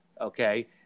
Okay